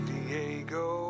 Diego